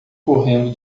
correndo